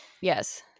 Yes